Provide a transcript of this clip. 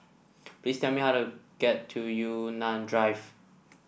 please tell me how to get to Yunnan Drive